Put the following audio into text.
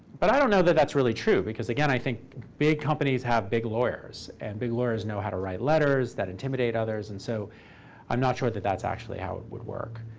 but i don't know that that's really true. because again, i think big companies have big lawyers, and big lawyers know how to write letters that intimidate others. and so i'm not sure that that's actually how it would work.